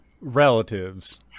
relatives